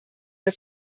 der